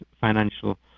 financial